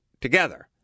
together